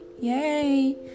yay